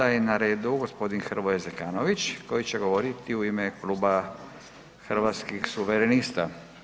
Sada je na redu g. Hrvoje Zekanović koji će govoriti u ime kluba Hrvatskih suverenista.